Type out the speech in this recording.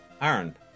Aaron